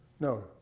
No